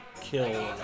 kill